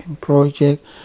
project